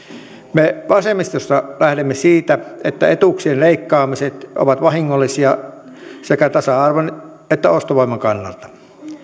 me vasemmistossa lähdemme siitä että etuuksien leikkaamiset ovat vahingollisia sekä tasa arvon että ostovoiman kannalta